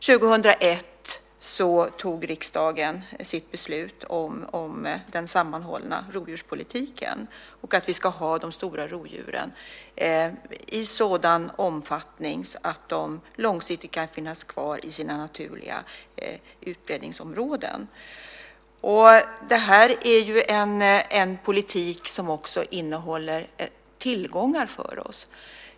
År 2001 tog riksdagen sitt beslut om den sammanhållna rovdjurspolitiken och att vi ska ha de stora rovdjuren i sådan omfattning att de långsiktigt kan finnas kvar i sina naturliga utbredningsområden. Det här är en politik som också innehåller tillgångar för oss.